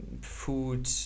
food